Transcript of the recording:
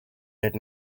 did